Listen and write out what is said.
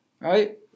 right